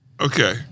Okay